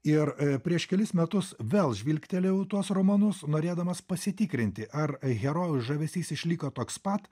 ir prieš kelis metus vėl žvilgtelėjau į tuos romanus norėdamas pasitikrinti ar herojaus žavesys išliko toks pat